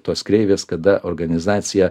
tos kreivės kada organizacija